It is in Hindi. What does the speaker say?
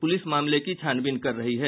पुलिस मामले की छानबीन कर रही है